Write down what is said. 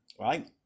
Right